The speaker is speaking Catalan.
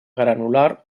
granular